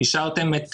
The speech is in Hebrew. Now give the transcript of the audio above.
אישרתם את